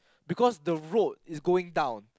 because the road is going down